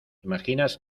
imaginas